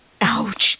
Ouch